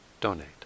donate